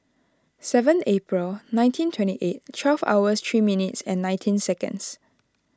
seven April nineteen twenty eight twelve hours three minutes nineteen seconds